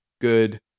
good